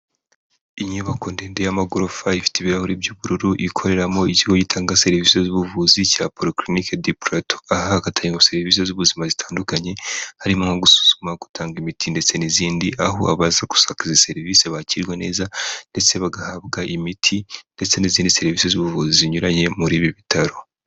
Inyubako ndende y'amagorofa ifite ibirahure by'ubururu, ikoreramo ikigo itanga serivise z'ubuvuzi cya Polyclinique du plateau aha hagatangirwa serivise z'ubuzima zitandukanye harimo gusuzuma, gutanga imiti ndetse n'izindi aho abaza gushaka izi serivise bakirwa neza ndetse bagahabwa imiti ndetse n'izindi serivise z'ubuvuzi zinyuranye muri ibi bitaro.